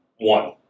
One